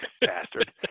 Bastard